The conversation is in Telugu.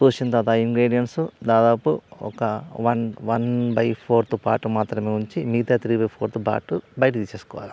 చూసిన తరువాత ఇంగ్రీడియంట్స్ దాదాపు ఒక one one by fourth part మాత్రమే ఉంచి మిగతా త్రీ బై ఫోర్త్ పార్టు బయటికి తీసేసుకోవాలి